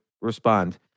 respond